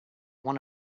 one